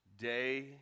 day